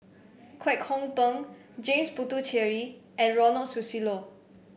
Kwek Hong Png James Puthucheary and Ronald Susilo